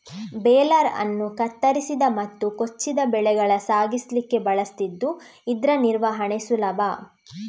baler ಅನ್ನು ಕತ್ತರಿಸಿದ ಮತ್ತು ಕೊಚ್ಚಿದ ಬೆಳೆಗಳ ಸಾಗಿಸ್ಲಿಕ್ಕೆ ಬಳಸ್ತಿದ್ದು ಇದ್ರ ನಿರ್ವಹಣೆ ಸುಲಭ